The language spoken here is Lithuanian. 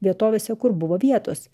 vietovėse kur buvo vietos